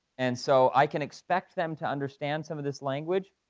and so i can expect them to understand some of this language.